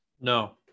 No